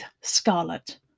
scarlet